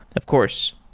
of course,